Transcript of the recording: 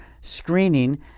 Screening